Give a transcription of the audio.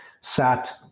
sat